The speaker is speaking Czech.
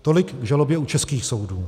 Tolik k žalobě u českých soudů.